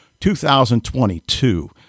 2022